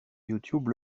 youtube